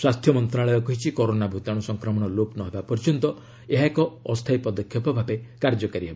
ସ୍ୱାସ୍ଥ୍ୟ ମନ୍ତ୍ରଣାଳୟ କହିଛି କରୋନା ଭୂତାଣ୍ର ସଂକ୍ରମଣ ଲୋପ ନ ହେବା ପର୍ଯ୍ୟନ୍ତ ଏହା ଏକ ଅସ୍ଥାୟୀ ପଦକ୍ଷେପ ଭାବେ କାର୍ଯ୍ୟକାରୀ ହେବ